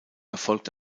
erfolgt